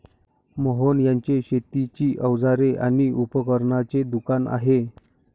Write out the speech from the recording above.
मोहन यांचे शेतीची अवजारे आणि उपकरणांचे दुकान आहे